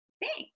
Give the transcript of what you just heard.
Thanks